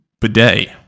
bidet